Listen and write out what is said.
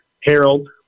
Harold